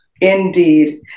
Indeed